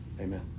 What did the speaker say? Amen